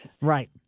Right